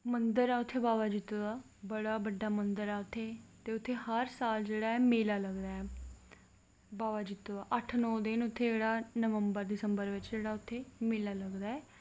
मन्दर ऐ उत्थें बाबा जित्तो दा बड़ा बड्डा मन्दर ऐ ते उत्थें हर साल जेह्ड़ा ऐ मेली लगदा ऐ अट्ठ नौं दिन जेह्ड़ा उत्थें अट्ठ नौं दिन जेह्का उत्थें मेला लगदा ऐ